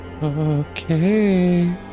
Okay